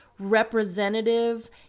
representative